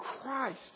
Christ